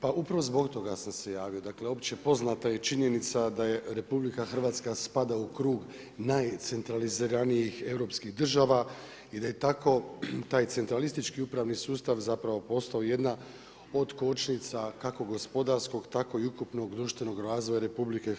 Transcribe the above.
Pa upravo zbog toga sam se javio, dakle opće poznata je činjenica da RH spada u krug najcentraliziranijih europskih država i da je tako taj centralistički upravni sustav postao jedna od kočnica kako gospodarskog tako i ukupnog društvenog razvoja RH.